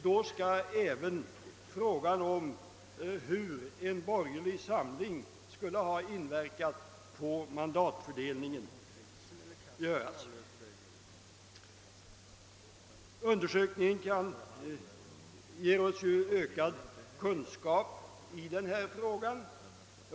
Då skall även en undersökning göras om hur en borgerlig samling skulle ha inverkat på mandatfördelningen. En sådan undersökning kan ge oss ökad kunskap i denna fråga.